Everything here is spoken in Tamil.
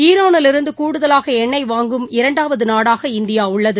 ஈரானிலிருந்து கூடுதலாக எண்ணெய் வாங்கும் இரண்டாவது நாடாக இந்தியா உள்ளது